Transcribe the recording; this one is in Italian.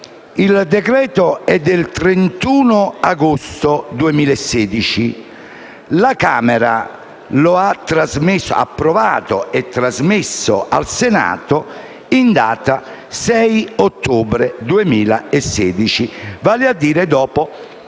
il decreto-legge è del 31 agosto 2016 e la Camera lo ha approvato e trasmesso al Senato in data 6 ottobre 2016, vale a dire dopo